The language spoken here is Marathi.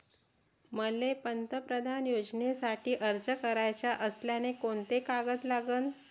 मले पंतप्रधान योजनेसाठी अर्ज कराचा असल्याने कोंते कागद लागन?